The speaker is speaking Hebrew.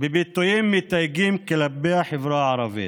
בביטויים מתייגים כלפי החברה הערבית: